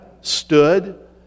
stood